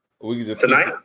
tonight